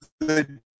good